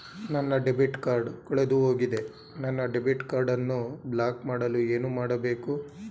ನನ್ನ debit card ಕಳೆದುಹೋಗಿದೆ ನನ್ನ ಡೆಬಿಟ್ ಕಾರ್ಡ್ ಅನ್ನು ಬ್ಲಾಕ್ ಮಾಡಲು ಏನು ಮಾಡಬೇಕು?